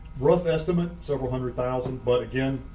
rough estimate several hundred thousand but again,